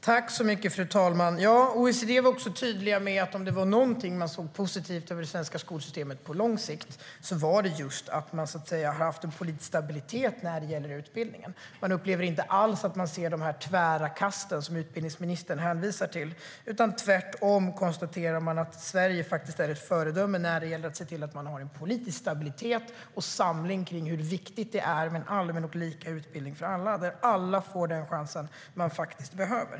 Fru talman! OECD var också tydligt med att om det var någonting som man såg som positivt i det svenska skolsystemet på lång sikt var det just att det funnits en politisk stabilitet när det gäller utbildningen. Man upplever inte alls att man ser de tvära kast som utbildningsministern hänvisar till. Tvärtom konstaterar man att Sverige faktiskt är ett föredöme när det gäller att se till att ha en politisk stabilitet och samling kring hur viktigt det är med en allmän och lika utbildning för alla, där alla får den chans som de faktiskt behöver.